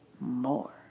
more